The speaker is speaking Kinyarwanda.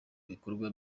bikorwa